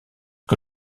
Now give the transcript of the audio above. que